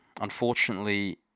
unfortunately